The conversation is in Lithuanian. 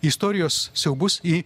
istorijos siaubus į